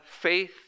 faith